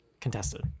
contested